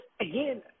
again